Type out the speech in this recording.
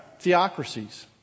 theocracies